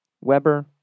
Weber